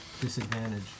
disadvantage